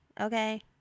Okay